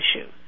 issue